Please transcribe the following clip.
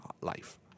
life